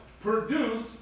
produce